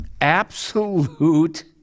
Absolute